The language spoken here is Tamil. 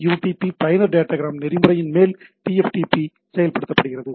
யுடிபி பயனர் டேட்டாகிராம் நெறிமுறையின் மேல் TFTP செயல்படுத்தப்படுகிறது